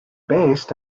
based